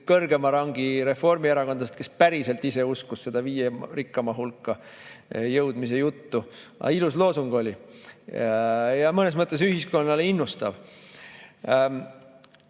kõrgema rangi reformierakondlast, kes päriselt ise uskus seda viie rikkaima hulka jõudmise juttu. Aga ilus loosung oli ja mõnes mõttes ühiskonda innustav.